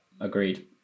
agreed